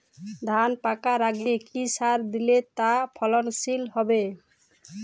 ধান পাকার আগে কি সার দিলে তা ফলনশীল হবে?